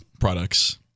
products